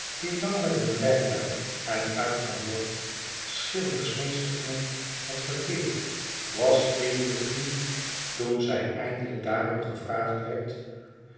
die lang met een rytuig en uithangbord schilders meesterknecht had verkeerd was vriendelijk genoeg toen zij eindelijk daarom gevraagd werd